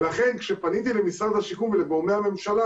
ולכן כשפניתי למשרד השיכון ולגורמי הממשלה,